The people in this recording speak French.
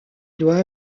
doit